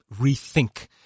rethink